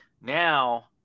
now